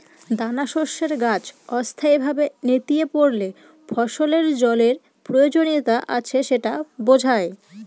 দানাশস্যের গাছ অস্থায়ীভাবে নেতিয়ে পড়লে ফসলের জলের প্রয়োজনীয়তা আছে সেটা বোঝায়